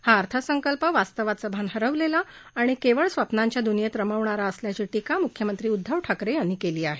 हा अर्थसंकल्प वास्तवाचा भान हरवलेला आणि केवळ स्वप्नांच्या दुनियेत रमवणारा असल्याची टीका मुख्यमंत्री उद्धव ठाकरे यांनी केली आहे